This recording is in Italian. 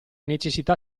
necessità